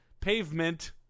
pavement